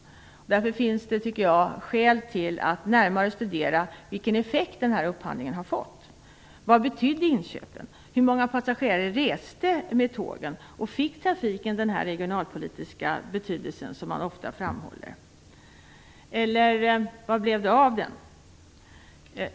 Därför tycker jag att det finns skäl att närmare studera vilken effekt den här upphandlingen har fått. Vad betydde inköpen? Hur många passagerare reste med tågen? Fick trafiken den regionalpolitiska betydelse som man ofta framhåller eller vad blev det av den?